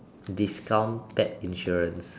discount pet insurance